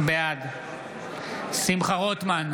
בעד שמחה רוטמן,